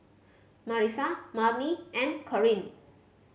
Marisa Marni and Kareen